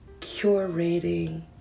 curating